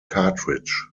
cartridge